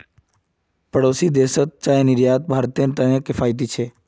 पड़ोसी देशत चाईर निर्यात भारतेर त न किफायती छेक